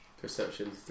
perception